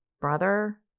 brother